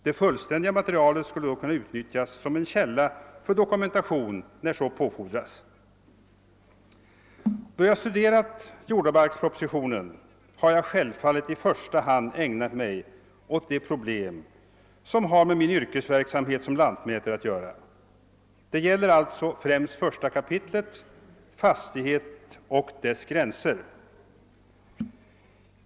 Det fullständiga materialet skulle då kunna utnyttjas som en källa för dokumentation när så påfordras. Då jag studerat jordabalkspropositionen har jag självfallet i första hand ägnat mig åt de problem som har med min yrkesverksamhet som lantmätare att göra — det gäller främst 1 kap., Fastighet och dess gränser.